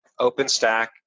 OpenStack